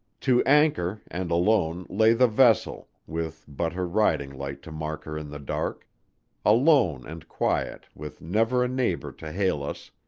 to anchor, and alone, lay the vessel, with but her riding-light to mark her in the dark alone and quiet, with never a neighbor to hail us,